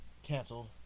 canceled